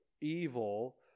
evil